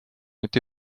été